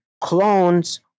Clones